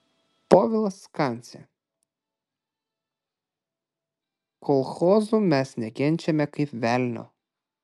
povilas kancė kolchozų mes nekenčiame kaip velnio